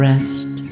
Rest